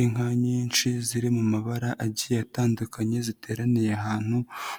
Inka nyinshi ziri mu mabara agiye atandukanye ziteraniye ahantu